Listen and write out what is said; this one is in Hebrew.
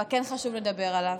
אבל כן חשוב לדבר עליו.